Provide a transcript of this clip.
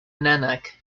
nanak